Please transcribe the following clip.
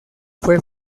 fue